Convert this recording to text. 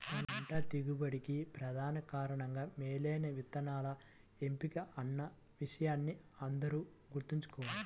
పంట దిగుబడికి ప్రధాన కారణంగా మేలైన విత్తనాల ఎంపిక అన్న విషయాన్ని అందరూ గుర్తుంచుకోవాలి